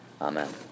Amen